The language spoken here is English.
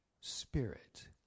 spirit